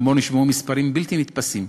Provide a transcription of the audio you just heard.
וגם בו נשמעו מספרים בלתי נתפסים.